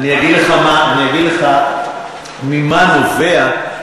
אגיד לך ממה נובע.